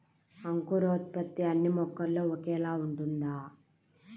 అంకురోత్పత్తి అన్నీ మొక్కల్లో ఒకేలా ఉంటుందా?